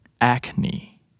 acne